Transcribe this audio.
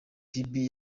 phibi